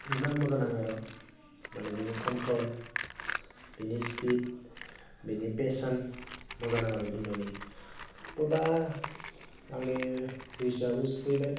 नुना मोजां नाङो आरो माने बिनि कन्ट्रल बिनि स्पिड बिनि पेसन मोजां नाङो आरो बिखौ नुनानै त' दा आंनि बैसोआबो सफैबाय